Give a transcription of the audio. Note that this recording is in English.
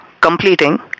completing